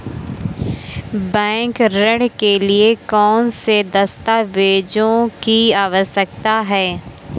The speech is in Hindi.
बैंक ऋण के लिए कौन से दस्तावेजों की आवश्यकता है?